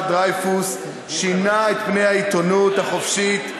דרייפוס שינה את פני העיתונות החופשית,